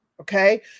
okay